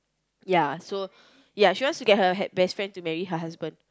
ya so ya she wants to get her best friend to marry her husband